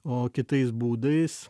o kitais būdais